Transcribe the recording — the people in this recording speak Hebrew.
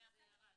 בואו נעשה סדר.